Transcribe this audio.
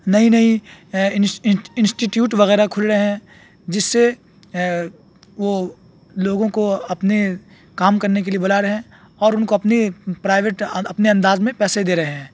نئی نئی انسٹیٹیوٹ وغیرہ کھل رہے ہیں جس سے وہ لوگوں کو اپنے کام کرنے کے لیے بلا رہے ہیں اور ان کو اپنی پرائیویٹ اپنے انداز میں پیسے دے رہے ہیں